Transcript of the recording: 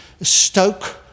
stoke